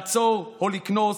לעצור או לקנוס.